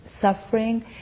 suffering